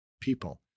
people